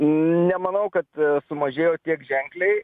nemanau kad sumažėjo tiek ženkliai